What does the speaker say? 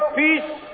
peace